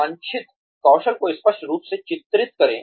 वांछित कौशल को स्पष्ट रूप से चित्रित करें